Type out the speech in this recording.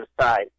side